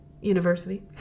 University